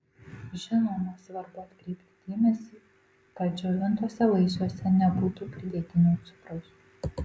žinoma svarbu atkreipti dėmesį kad džiovintuose vaisiuose nebūtų pridėtinio cukraus